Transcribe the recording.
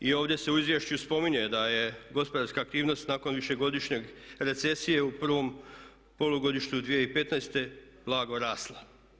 I ovdje se u izvješću spominje da je gospodarska aktivnost nakon višegodišnje recesije u prvom polugodištu 2015. blago rasla.